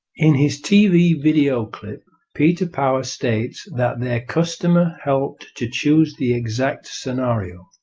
in his tv video clip peter power states that their customer helped to choose the exact scenario.